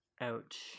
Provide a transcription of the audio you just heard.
Ouch